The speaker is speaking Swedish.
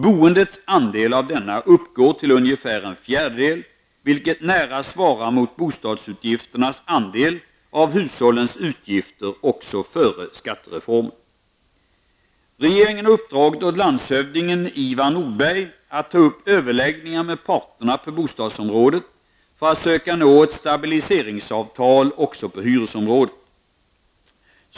Boendets andel av denna uppgår till ungefär en fjärdedel, vilket nära svarar mot bostadsutgifternas andel av hushållens utgifter också före skattereformen. Regeringen har uppdragit åt landshövdingen Ivar Nordberg att ta upp överläggningar med parterna på bostadsområdet för att söka nå ett stabiliseringsavtal också på hyresområdet.